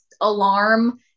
alarm